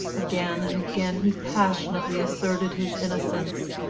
again and again he passionately asserted his innocence,